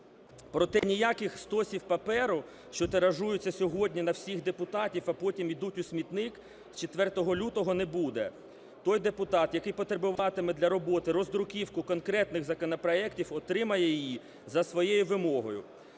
Проте ніяких стосів паперу, що тиражують сьогодні на всіх депутатів, а потім ідуть у смітник, з 4 лютого не буде. Той депутат, який потребуватиме для роботи роздруківку конкретних законопроектів, отримає її за своєю вимогою.